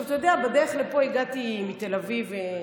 אתה יודע, הגעתי מתל אביב לפה.